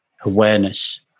Awareness